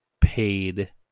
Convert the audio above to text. paid